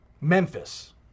Memphis